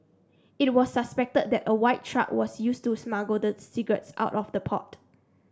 it was suspected that a white truck was used to smuggle the cigarettes out of the port